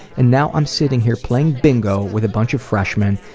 and now i'm sitting here playing bingo with a bunch of freshmen,